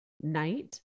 night